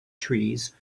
trees